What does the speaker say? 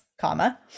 comma